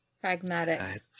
Pragmatic